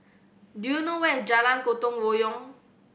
do you know where is Jalan Gotong Royong